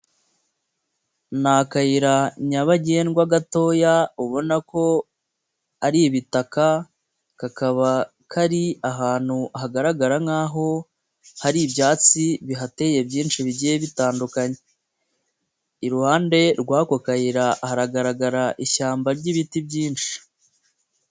Ni akayira nyabagendwa gatoya ubona ko ari ibitaka kakaba kari ahantu hagaragara nk'aho hari ibyatsi bihateye byinshi bigiye bitandukanye, iruhande rw'ako kayira hagaragara ishyamba ry'ibiti byinshi.